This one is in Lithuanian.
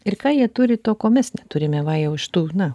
ir ką jie turi to ko mes neturime va jau iš tų na